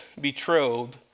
betrothed